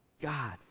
God